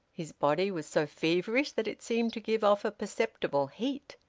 his body was so feverish that it seemed to give off a perceptible heat.